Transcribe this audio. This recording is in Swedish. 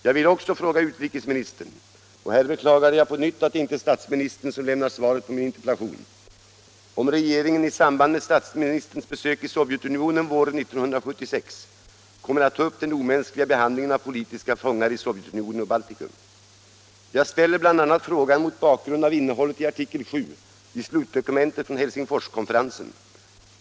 Jag vill också fråga utrikesministern — och här beklagar jag på nytt att det inte är statsministern som lämnar svaret på min interpellation —- om regeringen i samband med statsministerns besök i Sovjetunionen våren 1976 kommer att ta upp den omänskliga behandlingen av politiska fångar i Sovjetunionen och i Baltikum. Jag ställer frågan bl.a. mot bakgrund av innehållet i artikel VII i slutdokumentet från Helsingforskonferensen.